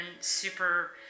super